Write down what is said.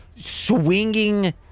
swinging